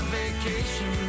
vacation